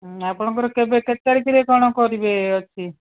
ଆପଣଙ୍କର କେବେ କେତେ ତାରିଖରେ କ'ଣ କରିବେ ଅଛି